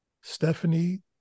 Stephanie